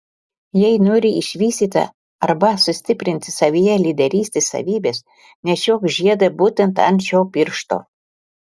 jei nori išvystyti arba sustiprinti savyje lyderystės savybes nešiok žiedą būtent ant šio piršto